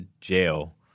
jail—